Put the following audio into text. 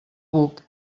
buc